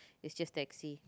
it's just taxi